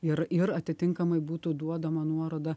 ir ir atitinkamai būtų duodama nuoroda